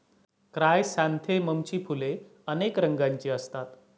क्रायसॅन्थेममची फुले अनेक रंगांची असतात